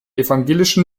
evangelischen